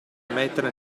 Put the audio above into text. mettere